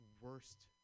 worst